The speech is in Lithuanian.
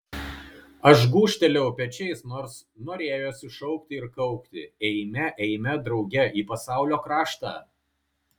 aš gūžtelėjau pečiais nors norėjosi šaukti ir kaukti eime eime drauge į pasaulio kraštą